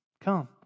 Come